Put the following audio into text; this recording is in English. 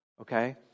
Okay